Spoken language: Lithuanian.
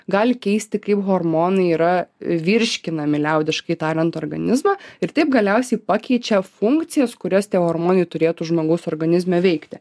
gali keisti kaip hormonai yra virškinami liaudiškai tariant organizmą ir taip galiausiai pakeičia funkcijas kurias tie hormonai turėtų žmogaus organizme veikti